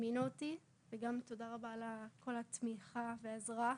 שהזמינה אותי וגם תודה רבה על כל התמיכה והעזרה שלך.